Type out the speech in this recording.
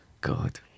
God